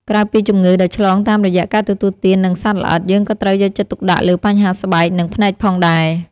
ក្រៅពីជំងឺដែលឆ្លងតាមរយៈការទទួលទាន និងសត្វល្អិត យើងក៏ត្រូវយកចិត្តទុកដាក់លើបញ្ហាស្បែក និងភ្នែកផងដែរ។